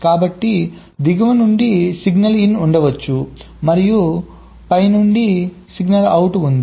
కాబట్టి దిగువ నుండి సిగ్నల్ ఇన్ ఉండవచ్చు మరియు పై నుండి సిగ్నల్ అవుట్ ఉంటుంది